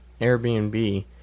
airbnb